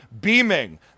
beaming